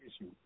issue